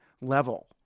level